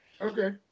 Okay